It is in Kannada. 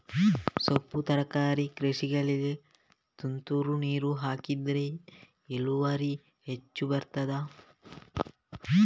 ಸೊಪ್ಪು ತರಕಾರಿ ಕೃಷಿಗೆ ತುಂತುರು ನೀರು ಹಾಕಿದ್ರೆ ಇಳುವರಿ ಹೆಚ್ಚು ಬರ್ತದ?